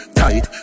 tight